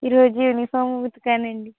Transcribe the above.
ఈ రోజు యూనిఫార్మ్ ఉతికానండి